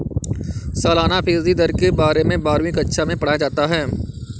सालाना फ़ीसदी दर के बारे में बारहवीं कक्षा मैं पढ़ाया जाता है